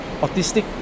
autistic